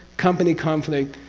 company conflict,